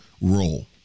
role